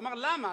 הוא אומר: למה?